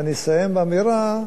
ואני אסיים באמירה,